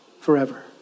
forever